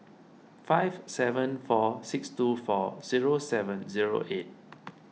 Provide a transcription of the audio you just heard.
five seven four six two four zero seven zero eight